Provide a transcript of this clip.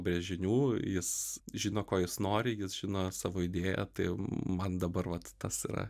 brėžinių jis žino ko jis nori jis žino savo idėją tai man dabar vat tas yra